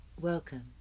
Welcome